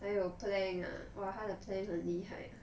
还有 plank ah !wah! 她的 plank 很厉害